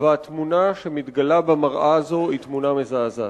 והתמונה שמתגלה במראה הזו היא תמונה מזעזעת.